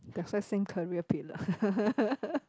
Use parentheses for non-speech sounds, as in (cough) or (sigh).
that's why same career pillar (laughs)